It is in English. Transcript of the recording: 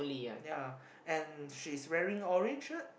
ya and she's wearing orange shirt